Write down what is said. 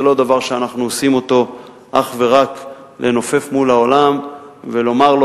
זה לא דבר שאנחנו עושים אותו אך ורק לנופף מול העולם ולומר לו,